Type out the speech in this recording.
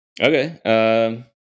okay